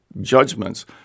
judgments